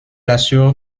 assure